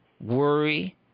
Worry